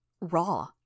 Raw